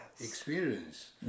experience